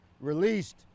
released